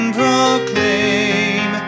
proclaim